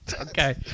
Okay